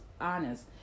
honest